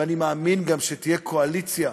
ואני מאמין גם שתהיה קואליציה,